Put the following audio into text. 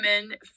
women